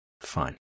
Fine